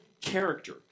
character